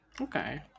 Okay